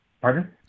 Pardon